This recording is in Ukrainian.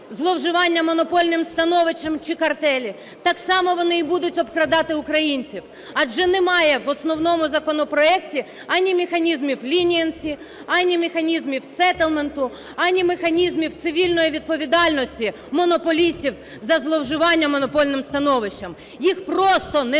зловживання монопольним становищем чи картелі, так само вони і будуть обкрадати українців. Адже немає в основному законопроекті ані механізмів leniency, ані механізмів settlement, ані механізмів цивільної відповідальності монополістів за зловживання монопольним становищем. Їх просто немає